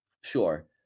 sure